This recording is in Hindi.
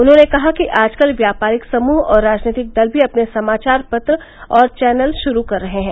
उन्होंने कहा कि आजकल व्यापारिक समूह और राजनीतिक दल भी अपने समाचार पत्र और चैनल शुरू कर रहे हैं